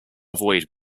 avoid